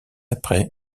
après